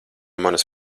manas